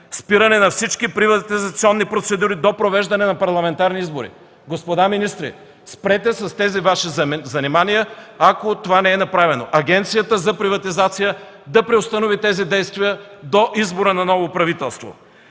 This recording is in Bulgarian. спиране на всички приватизационни процедури до провеждане на парламентарни избори. Господа министри, спрете с тези Ваши занимания, ако това не е направено! Агенцията за приватизация да преустанови тези действия до избора на ново правителство.